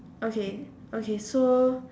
okay okay so